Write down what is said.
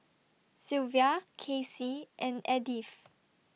Silvia Casey and Edyth